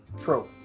True